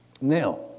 now